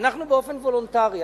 באופן וולונטרי,